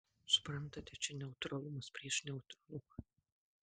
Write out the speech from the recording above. suprantate čia neutralumas prieš neutralumą